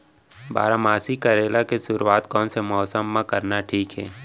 बारामासी करेला के शुरुवात कोन मौसम मा करना ठीक हे?